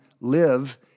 live